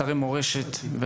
המורשת,